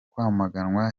kwamaganwa